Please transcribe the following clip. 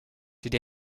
did